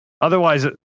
Otherwise